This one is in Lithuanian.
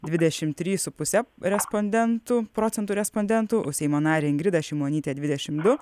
dvidešim trys su puse respondentų proentų respondentų už seimo narę ingridą šimonytę dvidešim du